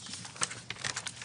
הקורונה.